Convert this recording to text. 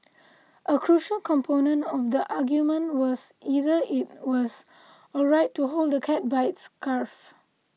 a crucial component of the argument was whether it was alright to hold the cat by its scruff